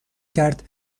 کرد